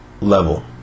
level